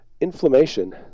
inflammation